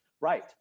right